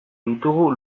ditugu